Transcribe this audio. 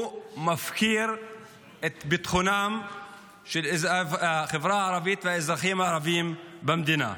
הוא מפקיר את ביטחונם של החברה הערבית והאזרחים הערבים במדינה.